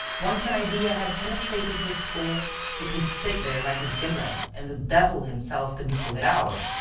once an idea had penetrated his skull it would stick there like a gimlet and the devil himself couldn't pull it out.